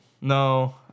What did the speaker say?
no